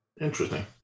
Interesting